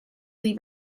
leave